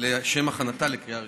לשם הכנתה לקריאה ראשונה.